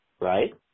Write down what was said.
right